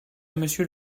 monsieur